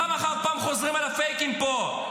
פעם אחר פעם חוזרים על הפייקים פה,